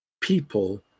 people